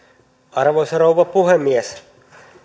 arvoisa rouva puhemies